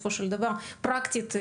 פרקטית,